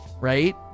right